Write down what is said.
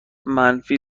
منفی